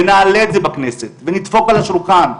ונעלה את זה בכנסת, ונדפוק על השולחן.